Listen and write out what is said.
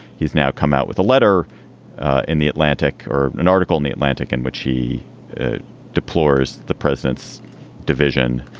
he's now come out with a letter in the atlantic or an article in the atlantic in which he deplores the president's division,